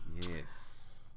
Yes